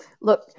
Look